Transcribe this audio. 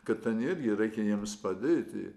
kad ten irgi reikia jiems padėti